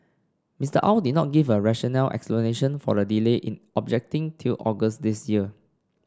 Mister Au did not give a rational explanation for the delay in objecting till August this year